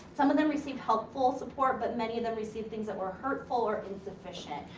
some of them received helpful support but many of them received things that were hurtful or insufficient.